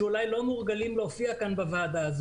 שאולי לא מורגלים להופיע פה בוועדה.